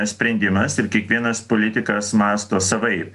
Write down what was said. sprendimas ir kiekvienas politikas mąsto savaip